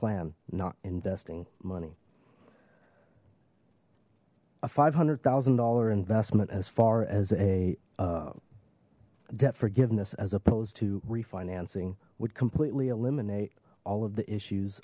plan not investing money a five hundred thousand dollars investment as far as a debt forgiveness as opposed to refinancing would completely eliminate all of the issues